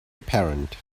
apparent